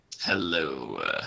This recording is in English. Hello